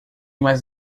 mais